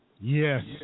Yes